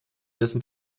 dessen